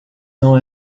não